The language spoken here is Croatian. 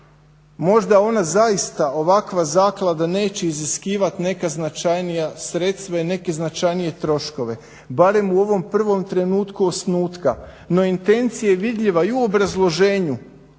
možda ona zaista, ovakva zaklada neće iziskivati neka značajnija sredstva i neke značajnije troškove barem u ovom prvom trenutku osnutka. No, intencija je vidljiva i u obrazloženju